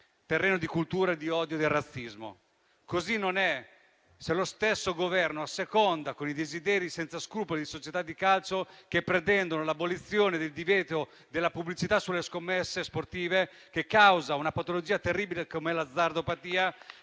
terreno di coltura di odio e razzismo; così non è, se lo stesso Governo asseconda i desideri senza scrupoli di società di calcio che pretendono l'abolizione del divieto della pubblicità sulle scommesse sportive, che causa una patologia terribile come l'azzardopatia,